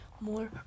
more